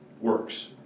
works